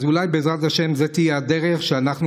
אז אולי זו תהיה הדרך שבה אנחנו,